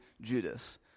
Judas